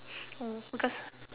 oh because